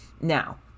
Now